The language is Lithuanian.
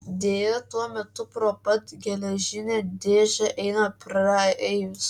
deja tuo metu pro pat geležinę dėžę eina praeivis